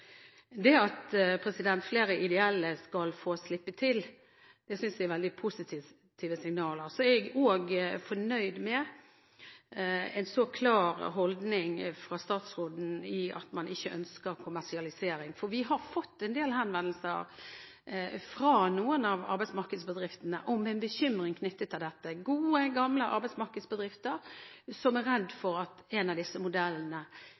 enkelte. Det at flere ideelle skal få slippe til, synes jeg er veldig positive signaler. Så er jeg også fornøyd med en så klar holdning fra statsråden til at man ikke ønsker kommersialisering. Vi har fått en del henvendelser fra noen av arbeidsmarkedsbedriftene om en bekymring knyttet til dette – gode, gamle arbeidsmarkedsbedrifter som er redde for at en av disse modellene,